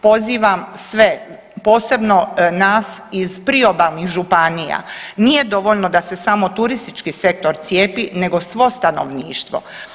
Pozivam sve, posebno nas iz priobalnih županija, nije dovoljno da se samo turistički sektor cijepi nego svo stanovništvo.